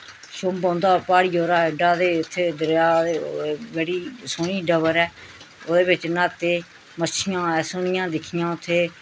शुंब पौंदा प्हाड़ियै परां ऐड्डा ते उत्थै दरेआ ते बड़ी सौह्नी डबर ऐ ओह्दे बिच्च न्हाते मच्छियां ऐसा सौनियां दिक्खियां उत्थें